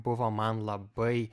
buvo man labai